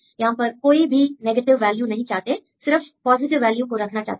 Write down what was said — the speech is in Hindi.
यहां पर कोई भी नेगेटिव वैल्यू नहीं चाहते सिर्फ पॉजिटिव वैल्यू को रखना चाहते हैं